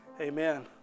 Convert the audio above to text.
Amen